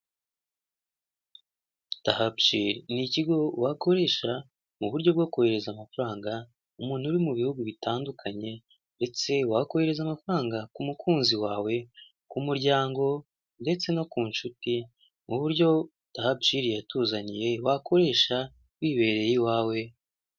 Dahabshiil ni ikigo wakoresha mu buryo bwo koherereza amafaranga umuntu uri mu bihugu bitandukanye, ndetse wakohereza amafaranga ku mukunzi wawe, ku muryango, ndetse no ku nshuti mu buryo dahabshiil yatuzaniye wakoresha wibereye iwawe.